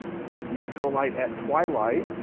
natural light at twilight.